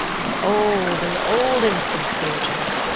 an old, an old instance, beatrice,